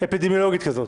אפידמיולוגית כזאת.